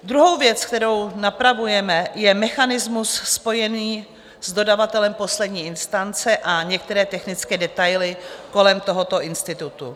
Druhou věc, kterou napravujeme, je mechanismus spojený s dodavatelem poslední instance a některé technické detaily kolem tohoto institutu.